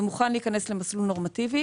ומוכן להיכנס למסלול נורמטיבי